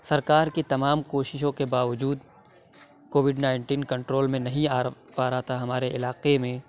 سرکار کی تمام کوششوں کے باوجود کووڈ نائنٹین کنٹرول میں نہیں آر پا رہا تھا ہمارے علاقے میں